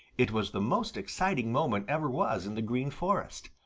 it was the most exciting moment ever was in the green forest.